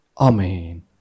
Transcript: Amen